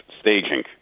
staging